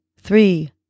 Three